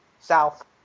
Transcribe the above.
south